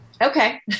okay